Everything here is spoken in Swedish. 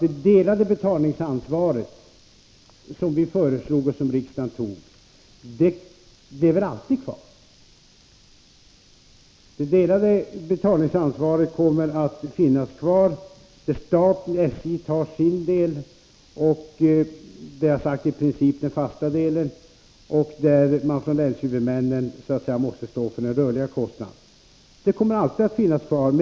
Det delade betalningsansvaret, som vi föreslog och som riksdagen biföll, kommer att finnas kvar. Staten/SJ står för sin del — det är i princip den fasta delen — och länshuvudmännen måste stå för de rörliga kostnaderna.